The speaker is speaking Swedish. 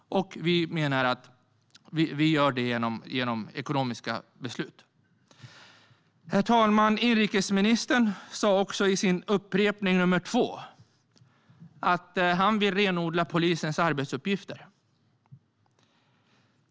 Och vi menar att vi gör det genom ekonomiska beslut. Herr talman! Inrikesministern sa i sin upprepning nummer två att han vill renodla polisens arbetsuppgifter.